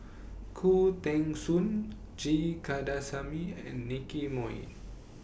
Khoo Teng Soon G Kandasamy and Nicky Moey